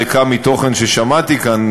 ריקה מתוכן ששמעתי כאן,